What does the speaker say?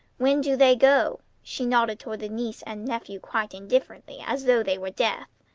when do they go? she nodded toward the niece and nephew quite indifferently as though they were deaf.